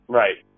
right